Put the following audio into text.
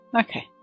Okay